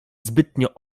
zbytnio